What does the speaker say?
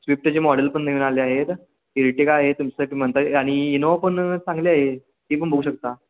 स्विफ्टचे model पण नवीन आले आहेत इल्टीगा आहे तुमच्यासाठी म्हणता आणि इनोवा पण चांगली आहे ती पण बघू शकता